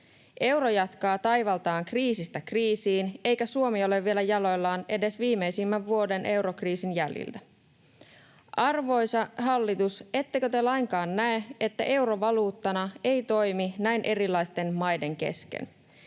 Euro jatkaa taivaltaan kriisistä kriisiin, eikä Suomi ole vielä jaloillaan edes viimeisimmän eurokriisin jäljiltä. Arvoisa hallitus, ettekö te lainkaan näe, että euro valuuttana ei toimi näin erilaisten maiden kesken?